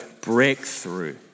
breakthrough